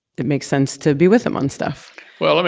it makes sense to be with him on stuff well,